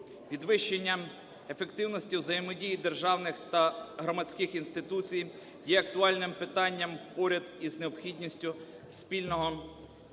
Підвищення ефективності взаємодії державних та громадських інституцій є актуальним питанням поряд із необхідністю спільного вироблення